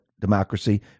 democracy